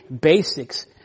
basics